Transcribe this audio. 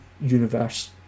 universe